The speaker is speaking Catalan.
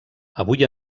avui